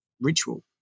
ritual